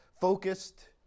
focused